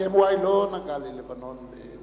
הסכם-וואי לא נגע ללבנון.